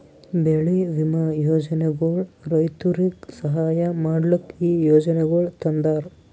ಬೆಳಿ ವಿಮಾ ಯೋಜನೆಗೊಳ್ ರೈತುರಿಗ್ ಸಹಾಯ ಮಾಡ್ಲುಕ್ ಈ ಯೋಜನೆಗೊಳ್ ತಂದಾರ್